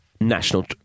National